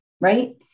right